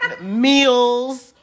meals